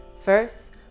First